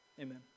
Amen